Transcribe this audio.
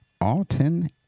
Alton